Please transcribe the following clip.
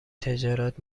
تجارت